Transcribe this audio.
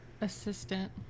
assistant